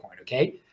okay